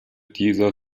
dieser